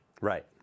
Right